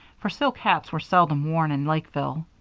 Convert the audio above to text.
for silk hats were seldom worn in lakeville.